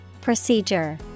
Procedure